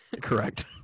Correct